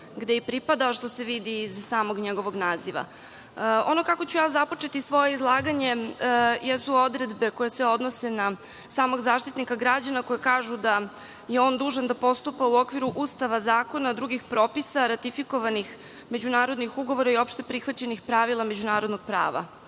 je i pripadao, što se vidi iz samog njegovog naziva. Ono kako ću ja započeti svoje izlaganje jesu odredbe koje se odnose na samog Zaštitnika građana, koje kažu da je on dužan da postupa u okviru Ustava, zakona, drugih propisa, ratifikovanih međunarodnih ugovora i opšteprihvaćenih pravila međunarodnog prava.